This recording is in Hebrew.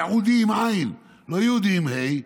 ייעודי עם עי"ן, לא יהודי עם ה"א,